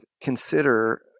consider